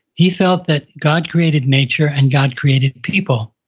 he felt that god created nature, and god created people.